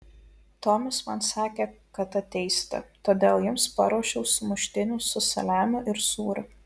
tomis man sakė kad ateisite todėl jums paruošiau sumuštinių su saliamiu ir sūriu